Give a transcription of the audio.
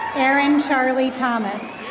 aaron charlie thomas.